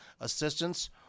assistance